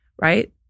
right